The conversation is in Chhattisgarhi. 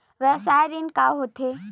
व्यवसाय ऋण का होथे?